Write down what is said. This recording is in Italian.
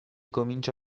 comincia